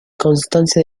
constancia